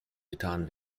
getan